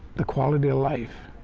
the quality of life.